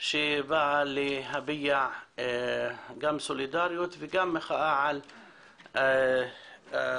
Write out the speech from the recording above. שבאה להביע גם סולידריות וגם מחאה על ההתגרות